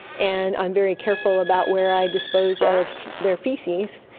and i'm very careful about where i dispose of their faeces.